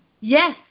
yes